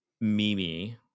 Mimi